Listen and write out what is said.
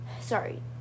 Sorry